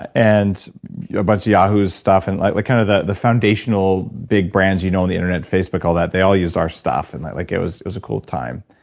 and a bunch of yahoo's stuff, and like like kind of the the foundational big brands you know on the internet. facebook, all that, they all used our stuff, and like like it was was a cool time.